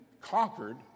conquered